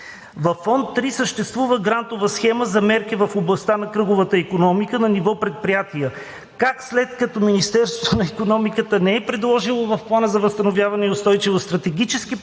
Във Фонд 3 съществува Грантова схема за мерки в областта на кръговата икономика на ниво предприятия. Как, след като Министерството на икономиката не е предложило в Плана за възстановяване и устойчивост стратегически план